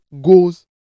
goes